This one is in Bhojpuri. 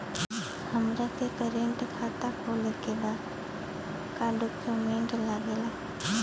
हमारा के करेंट खाता खोले के बा का डॉक्यूमेंट लागेला?